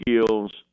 skills